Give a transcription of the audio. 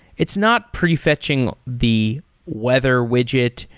it's not prefetching the weather widget,